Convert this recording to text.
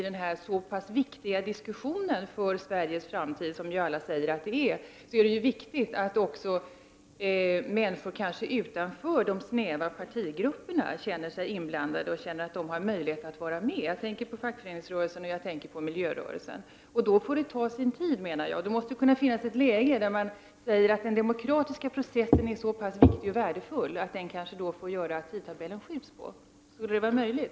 Det är viktigt att också människor utanför de snäva partigrupperna får möjlighet att vara med och påverka i den här viktiga diskussionen om Sveriges framtid för att vi skall kunna uppnå en bred förankring. Jag tänker på fackföreningsrörelsen och miljörörelsen. Då får det ta sin tid, då måste det finnas ett läge där man säger att den demokratiska processen är så viktig och värdefull att tidtabellen kanske får skjutas upp. Skulle detta var möjligt?